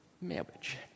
Marriage